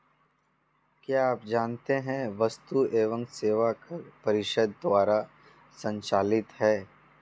क्या आप जानते है वस्तु एवं सेवा कर परिषद द्वारा संचालित है?